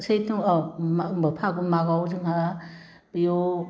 सैथ' अह मा होमबा फागुन मागोयाव जोंहा बियाव